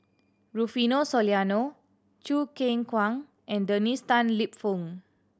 Rufino Soliano Choo Keng Kwang and Dennis Tan Lip Fong